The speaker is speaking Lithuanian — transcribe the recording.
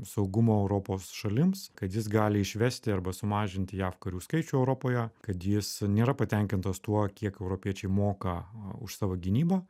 saugumo europos šalims kad jis gali išvesti arba sumažinti jav karių skaičių europoje kad jis nėra patenkintas tuo kiek europiečiai moka už savo gynybą